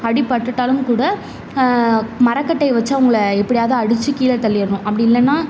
அடிபட்டுட்டாலும் கூட மரக்கட்டையை வச்சு அவங்கள எப்படியாவுது அடிச்சி கீழே தள்ளிரணும் அப்படி இல்லைன்னா